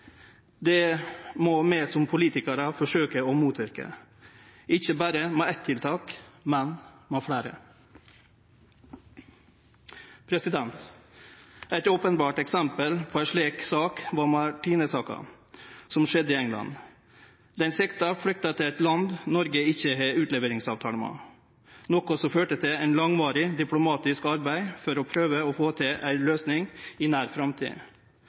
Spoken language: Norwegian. Det må vi som politikarar forsøkje å motverke, ikkje berre med eitt tiltak, men med fleire. Eit openbert eksempel på ei slik sak er Martine-saka, som skjedde i England. Den sikta flykta til eit land Noreg ikkje har utleveringsavtale med, noko som førte til eit langvarig diplomatisk arbeid for å prøve å få til ei løysing i nær framtid.